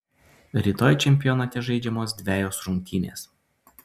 rytoj čempionate žaidžiamos dvejos rungtynės